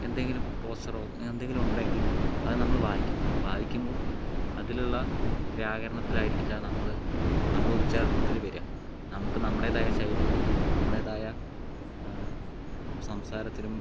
എന്തെങ്കിലും പോസ്റ്ററോ അങ്ങനെ എന്തെങ്കിലും ഉണ്ടെങ്കിൽ അത് നമ്മള് വായിക്കും വായിക്കുമ്പോൾ അതിലുള്ള വ്യാകരണത്തിലായിരിക്കില്ല നമ്മള് നമ്മളെ ഉച്ചാരണത്തിൽ വരിക നമുക്ക് നമ്മുടേതായ ശൈലിയിലും നമ്മുടേതായ സംസാരത്തിലും